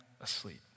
asleep